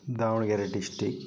Davanagere district